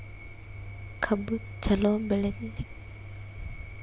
ಕಬ್ಬು ಚಲೋ ಬೆಳಿಲಿಕ್ಕಿ ಯಾ ತಿಂಗಳ ಬಿತ್ತಮ್ರೀ ಅಣ್ಣಾರ?